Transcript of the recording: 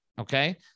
Okay